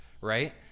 right